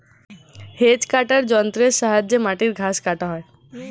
hedge কাটার যন্ত্রের সাহায্যে মাটির ঘাস কাটা হয়